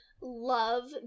love